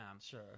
Sure